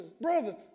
brother